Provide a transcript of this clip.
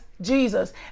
Jesus